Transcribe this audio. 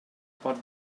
pot